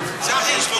צריך?